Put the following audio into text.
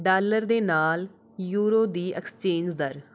dollar ਦੇ ਨਾਲ euro ਦੀ ਐਕਸਚੇਂਜ ਦਰ